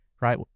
right